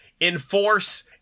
enforce